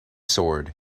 sword